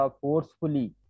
forcefully